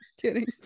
kidding